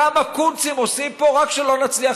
כמה קונצים עושים פה רק שלא נצליח.